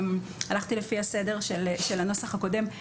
הלכתי לפי הסדר של הנוסח הקודם.